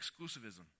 exclusivism